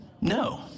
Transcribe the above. No